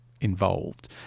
involved